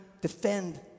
defend